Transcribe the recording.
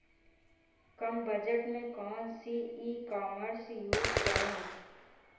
कम budget में कौन सी ई कॉमर्स यूज़ करें?